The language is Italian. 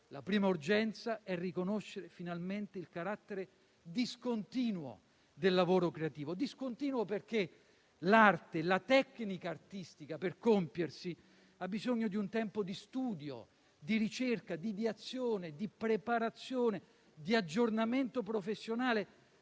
la prima urgenza è riconoscere finalmente il carattere discontinuo del lavoro creativo; discontinuo perché l'arte e la tecnica artistica, per compiersi, hanno bisogno di un tempo di studio, di ricerca, di azione, di preparazione, di aggiornamento professionale.